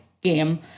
game